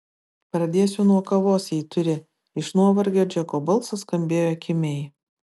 pradėsiu nuo kavos jei turi iš nuovargio džeko balsas skambėjo kimiai